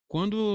Quando